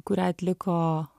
kurią atliko